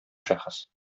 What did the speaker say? шәхес